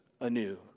anew